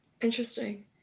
Interesting